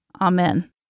Amen